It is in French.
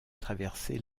traverser